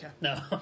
No